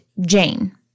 Jane